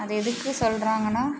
அது எதுக்கு சொல்லுறாங்கனா